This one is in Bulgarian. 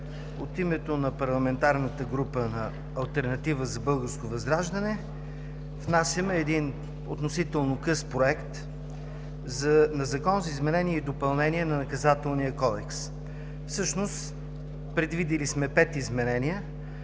От името на Парламентарната група „Алтернатива за българско възраждане“ внасяме относително къс Законопроект за изменение и допълнение на Наказателния кодекс. Всъщност предвидили сме пет изменения